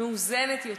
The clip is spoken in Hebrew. מאוזנת יותר.